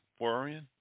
worrying